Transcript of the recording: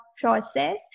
process